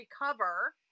recover